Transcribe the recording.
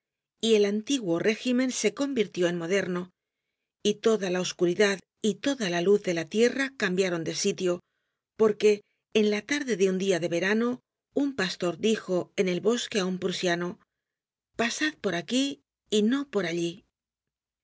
y el antiguo régimen se convirtió en moderno y toda la oscuridad y toda la luz de la tierra cambiaron de sitio porque en la tarde de un dia de verano un pastor dijo en el bosque á un prusiano pasad por aquí y no por allí